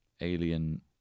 Alien